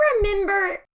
remember